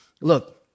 Look